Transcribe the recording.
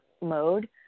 mode